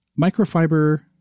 Microfiber